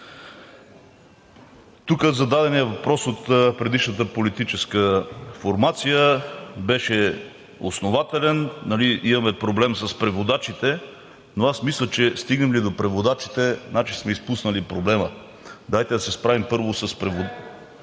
Зададеният въпрос от предишната политическа формация беше основателен, защото имаме проблем с превеждачите, но аз мисля, че стигнем ли до превеждачите, значи сме изпуснали проблема. Дайте да се справим първо с превеждачите.